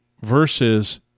Versus